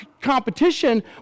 competition